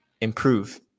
improve